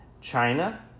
China